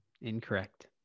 Incorrect